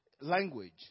language